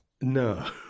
No